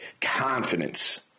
confidence